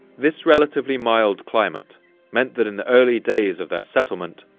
this relatively mild climate meant that in the early days of their settlement,